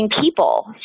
people